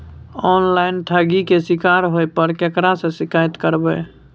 Online ठगी के शिकार होय पर केकरा से शिकायत करबै?